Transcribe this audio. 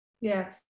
Yes